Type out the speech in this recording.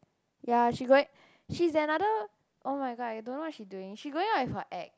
ya she going~ she's another oh-my-god I don't know what she doing she going out with her ex